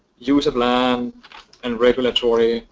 use of land and regulatory